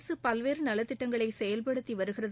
அரசு பல்வேறு நலத்திட்டங்களை செயல்படுத்தி வருகிறது